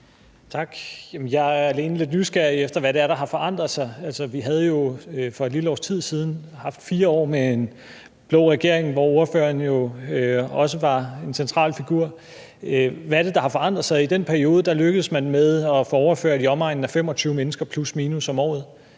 egentlig lidt nysgerrig efter, hvad det er, der har forandret sig. Altså, vi havde jo for et lille års tid siden haft 4 år med en blå regering, hvor ordføreren også var en central figur. Hvad er det, der har forandret sig? I den periode lykkedes man med at få overført i omegnen af 25 mennesker – plus/minus – om året.